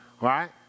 right